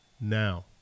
Now